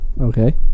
Okay